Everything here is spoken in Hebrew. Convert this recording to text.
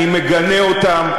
אני מגנה אותן.